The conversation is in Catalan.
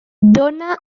dóna